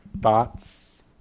Thoughts